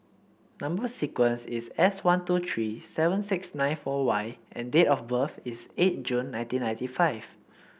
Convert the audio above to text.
number sequence is S one two three seven six nine four Y and date of birth is eight June nineteen ninety five